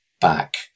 back